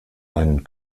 einen